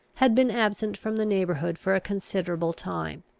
had been absent from the neighbourhood for a considerable time.